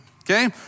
okay